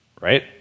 right